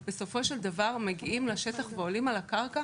בסופו של דבר מגיעים לשטח ועולים על הקרקע